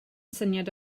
syniad